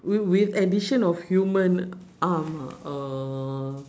wi~ with addition of human arm uh